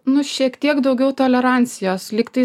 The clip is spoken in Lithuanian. nu šiek tiek daugiau tolerancijos lyg tai